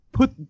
Put